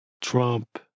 Trump